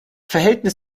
verhältnis